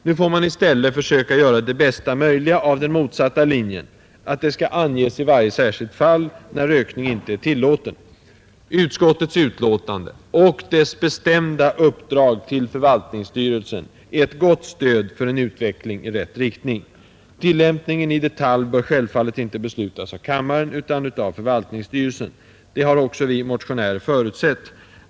Nu får man i stället försöka göra det bästa möjliga av den motsatta linjen — att det skall anges i varje särskilt fall när rökning inte är tillåten. Utskottets betänkande — och dess bestämda uppdrag till förvaltningsstyrelsen — är ett gott stöd för en utveckling i rätt riktning. Tillämpningen i detalj bör självfallet inte beslutas av kammaren utan av förvaltningsstyrelsen. Det har också vi motionärer förutsatt.